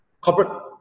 corporate